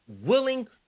willing